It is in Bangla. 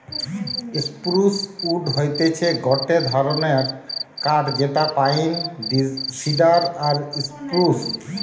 স্প্রুস উড হতিছে গটে ধরণের কাঠ যেটা পাইন, সিডার আর স্প্রুস